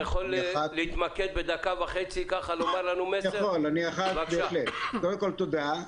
קודם כל, תודה.